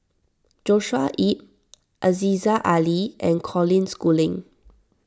Joshua Ip Aziza Ali and Colin Schooling